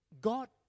God